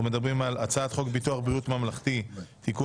אנחנו מדברים על הצעת חוק ביטוח בריאות ממלכתי (תיקון